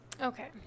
Okay